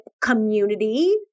community